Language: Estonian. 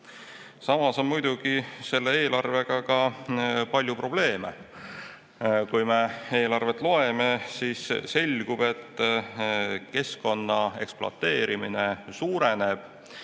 Samas on muidugi selle eelarvega ka palju probleeme. Kui me eelarvet loeme, siis selgub, et keskkonna ekspluateerimine suureneb.